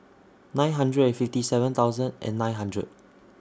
nine hundred and fifty seven thousand and nine hundred